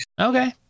okay